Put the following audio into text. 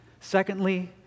Secondly